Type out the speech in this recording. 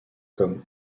comme